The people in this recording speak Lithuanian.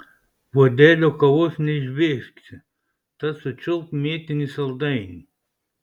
puodelio kavos neišbėgsi tad sučiulpk mėtinį saldainį